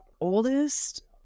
Oldest